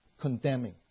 condemning